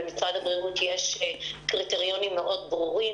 למשרד הבריאות יש קריטריונים מאוד ברורים,